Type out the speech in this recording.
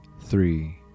three